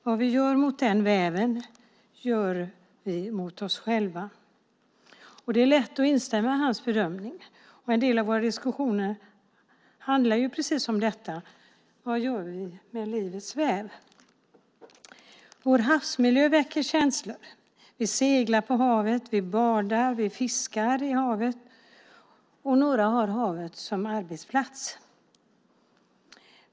Vad hon gör mot den väven gör hon mot sig själv. Det är lätt att instämma i hans bedömning. Och en del av våra diskussioner handlar precis om detta. Vad gör vi med livets väv? Vår havsmiljö väcker känslor. Vi seglar på havet, vi badar och fiskar i havet, och några har havet som arbetsplats.